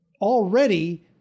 already